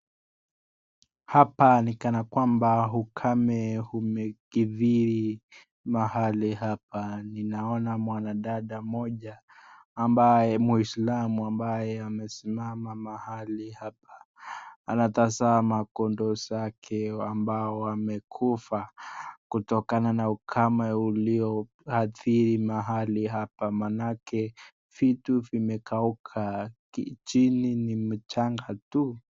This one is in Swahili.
Hapa ni kana kwamba ukame umekithiri mahali hapa. Ninaona mwanadada mmoja ambaye mwislamu ambaye amesimama mahali hapa. Anatazama kondoo zake ambao wamekufa kutokana na ukame ulioathiri mahali hapa maanake vitu vimekauka. Chini ni mchanga tu.